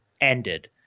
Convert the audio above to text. ended